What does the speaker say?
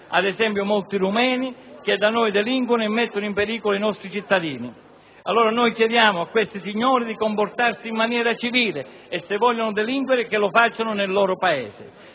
(ad esempio, di molti rumeni) che da noi delinquono e mettono in pericolo i nostri cittadini. Chiediamo a questi ultimi di comportarsi in maniera civile o, se vogliono delinquere, di farlo nel loro Paese